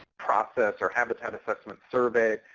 process or habitat assessment survey.